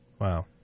Wow